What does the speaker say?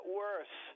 worse